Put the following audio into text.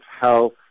Health